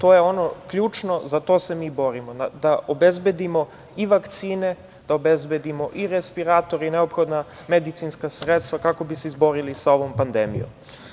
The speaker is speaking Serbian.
To je ono ključno i za to se mi borimo da obezbedimo i vakcine, da obezbedimo i respiratore i neophodna medicinska sredstava kako bi se izborili sa ovom pandemijom.